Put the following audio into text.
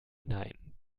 hinein